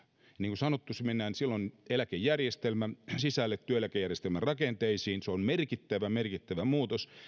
niin kuin sanottu silloin mennään eläkejärjestelmän sisälle työeläkejärjestelmän rakenteisiin se on merkittävä merkittävä muutos